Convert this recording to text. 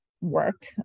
work